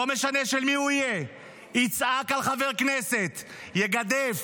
לא משנה של מי הוא יהיה, יצעק על חבר כנסת, יגדף,